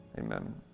Amen